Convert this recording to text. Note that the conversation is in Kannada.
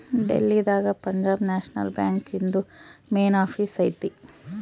ಡೆಲ್ಲಿ ದಾಗ ಪಂಜಾಬ್ ನ್ಯಾಷನಲ್ ಬ್ಯಾಂಕ್ ಇಂದು ಮೇನ್ ಆಫೀಸ್ ಐತಿ